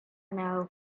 know